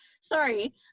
Sorry